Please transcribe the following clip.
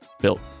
Built